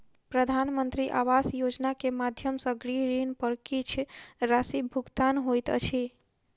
प्रधानमंत्री आवास योजना के माध्यम सॅ गृह ऋण पर किछ राशि भुगतान होइत अछि